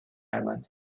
island